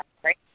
great